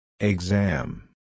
Exam